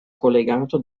collegato